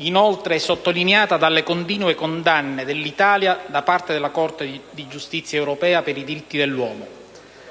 inoltre, è sottolineata dalle continue condanne dell'Italia da parte della Corte di giustizia europea dei diritti dell'uomo.